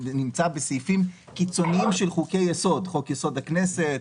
נמצא בסעיפים קיצוניים של חוקי יסוד כמו חוק יסוד: הכנסת,